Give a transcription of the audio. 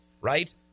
Right